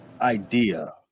idea